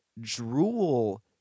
drool